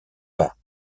pas